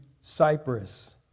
Cyprus